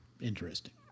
Interesting